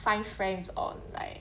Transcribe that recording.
find friends or like